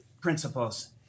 principles